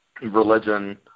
religion